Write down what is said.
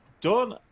done